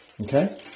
Okay